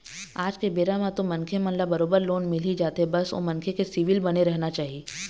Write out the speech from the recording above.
आज के बेरा म तो मनखे मन ल बरोबर लोन मिलही जाथे बस ओ मनखे के सिविल बने रहना चाही